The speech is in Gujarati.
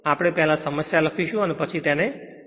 આપણે પહેલા સમસ્યા લખીશું અને પછી તેને ઉકેલીશુ